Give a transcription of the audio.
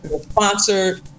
sponsored